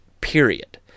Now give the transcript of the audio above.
period